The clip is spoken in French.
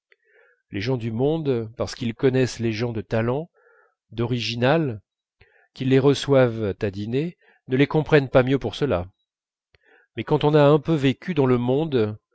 les gens du monde parce qu'ils connaissent les gens de talent original qu'ils les reçoivent à dîner ne les comprennent pas mieux pour cela mais quand on a un peu vécu dans le monde